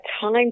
time